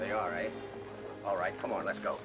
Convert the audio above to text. they are right all right come on let's go